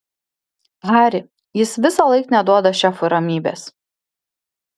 hari jis visąlaik neduoda šefui ramybės